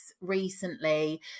recently